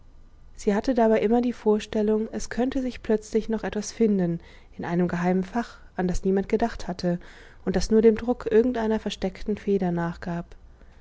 sie hatte dabei immer die vorstellung es könnte sich plötzlich noch etwas finden in einem geheimen fach an das niemand gedacht hatte und das nur dem druck irgendeiner versteckten feder nachgab